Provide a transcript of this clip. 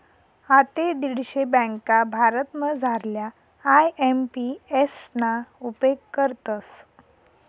आते दीडशे ब्यांका भारतमझारल्या आय.एम.पी.एस ना उपेग करतस